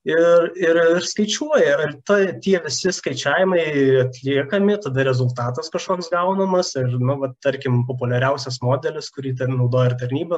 ir ir skaičiuoja tai tie visi skaičiavimai atliekami tada rezultatas kažkoks gaunamas ir nu va tarkim populiariausias modelis kurį naudoja ir tarnyba